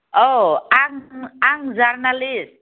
औ आं आं जार्नालिस्ट